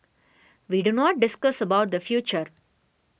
we do not discuss the future